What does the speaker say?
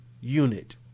unit